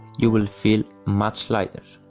you'll feel much lighter.